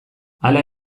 hala